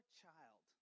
child